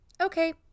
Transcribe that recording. Okay